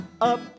up